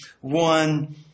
one